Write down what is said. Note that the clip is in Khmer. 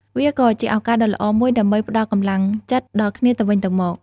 វាក៏ជាឱកាសដ៏ល្អមួយដើម្បីផ្តល់កម្លាំងចិត្តដល់គ្នាទៅវិញទៅមក។